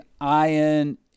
iron